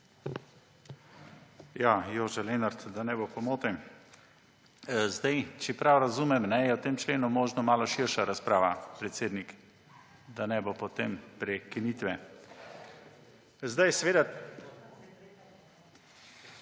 Jože Lenart, da ne bo pomote. Če prav razumem, je o tem členu možna malo širša razprava, podpredsednik, da ne bo potem prekinitve Zdaj seveda